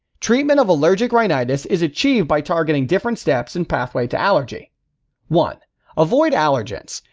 treatment of allergic rhinitis is achieved by targeting different steps in pathway to allergy one avoid allergens.